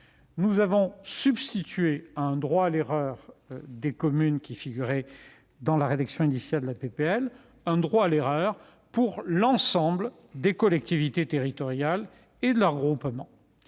Nous avons donc substitué au droit à l'erreur des communes, qui figurait dans la rédaction initiale de la proposition de loi, un droit à l'erreur pour l'ensemble des collectivités territoriales et leurs groupements.